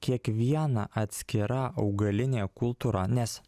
kiekviena atskira augalinė kultūra nes